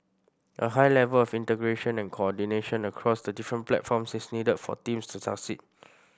a high level of integration and coordination across the different platforms is needed for teams to succeed